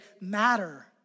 matter